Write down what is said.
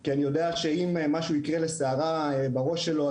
כי אני יודע שאם משהו יקרה לשערה בראש שלו,